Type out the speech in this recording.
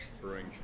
brewing